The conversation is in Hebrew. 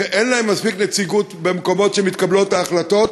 אין להם מספיק נציגות במקומות שבהם